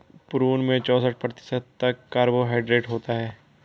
prune में चौसठ प्रतिशत तक कार्बोहायड्रेट होता है